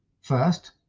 first